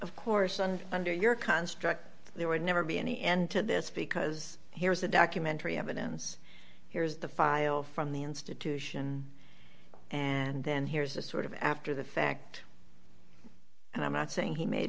of course and under your construct there would never be any end to this because here's the documentary evidence here's the file from the institution and then here's a sort of after the fact and i'm not saying he made